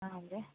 ಹಾಗೆ